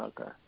Okay